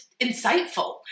insightful